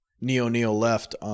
neo-neo-left